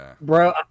Bro